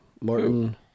Martin